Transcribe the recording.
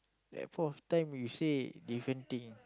that point of time you say different thing